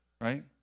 right